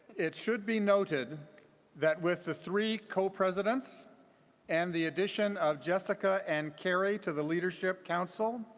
it should be noted that with the three co-presidents and the addition of jessica and carey, to the leadership council,